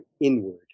inward